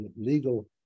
legal